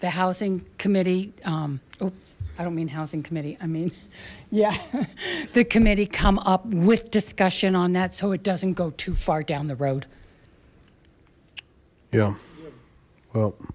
the housing committee oh i don't mean housing committee i mean yeah the committee come up with discussion on that so it doesn't go too far down